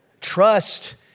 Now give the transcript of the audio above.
Trust